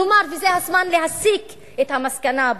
כלומר, זה הזמן להסיק את המסקנה הבאה: